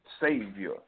savior